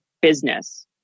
business